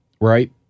right